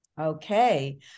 Okay